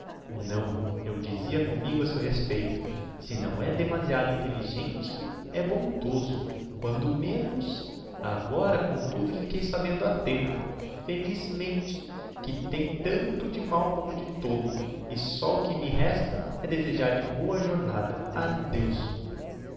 não eu dizia commigo a seu respeito se não é demasiado intelligente é bondoso quando menos agora comtudo fiquei sabendo a tempo felizmente que tem tanto de mau como de tolo e só o que me resta é desejar lhe boa jornada adeus